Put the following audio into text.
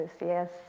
Yes